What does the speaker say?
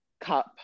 cup